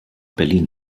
berlin